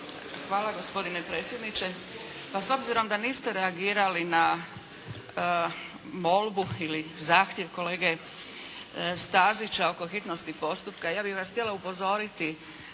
Hvala gospodine predsjedniče. Pa s obzirom da niste reagirali na molbu ili zahtjev kolege Stazića oko hitnosti postupka ja bih vas htjela upozoriti